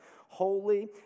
holy